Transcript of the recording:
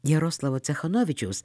jaroslavo cechanovičiaus